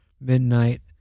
midnight